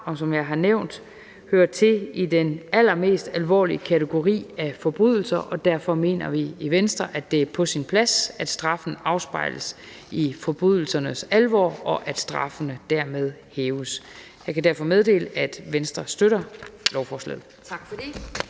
og som jeg har nævnt, hører til i den allermest alvorlige kategori af forbrydelser, og derfor mener vi i Venstre, at det er på sin plads, at forbrydelsernes alvor afspejles i straffen, og at straffene dermed hæves. Jeg kan derfor meddele, at Venstre støtter lovforslaget. Kl.